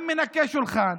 גם מנקה שולחן,